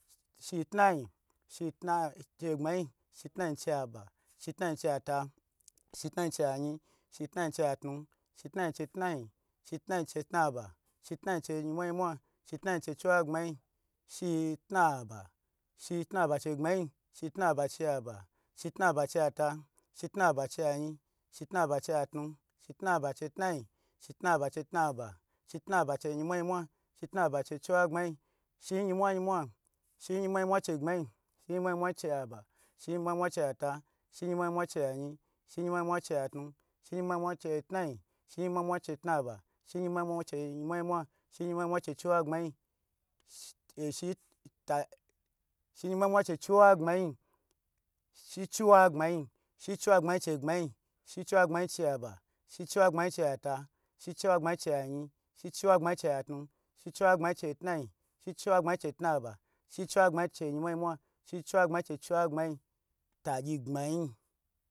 Shitnayi shitnayi che gbmyi shitnayi che aba shit nayi chei ta, shitna yin chei ayibm shitna yin cheiayin, shitna yin chei atnu, shitna yin chei tnayin, shitna yin chei tnaba, shitna yin chei yinmwa yinmwa, shitayin chei chiwagbnyi, shitnaba shitnaba chegbmayi shitaba che aba, shitnaba chei at, shitnaba chei ayin, shitnaba chei atnu, shitnaba chei tnayi, shitna chei tnaba, shitnaba chei yinmwa yinmwa shitnaba chei chiwagbmayi, shiyinmwa yinmwa shiyimwe yinmwa che gbmayi shi yinmwa yinmwa chei aba, shiyinmwa yinmwa che ata shiyinmwa yinmwa chei ata shiyinmwa yinmwa chei ayin, shi yinmwa yinmwa chei atnu, cheyin mwa yinmwa chei tnayin, sheyin mwa yinmwa chei tnaba, sheyin mwa yinmwa, che yinmwa yinmwa shi hy ta shiyimwa yinmwa che chiwagbmayi shi chiwagbmayi shichiwagbmayi chegbmayi shichiwagbmayi aba, shichiwagbmayi ata, shichiwagbmayi ayin, shichiwagbmayi atnu, shichiwagbmayi che tnayi, shichiwagbmayi che tnaba, shichiwagbmayi che yinmwa yinmwa, shichiwagbmayi chei chiwagbmayi tagyi tnayi.